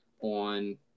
on